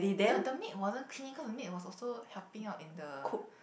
the the maid wasn't clinical the maid was also helping out in the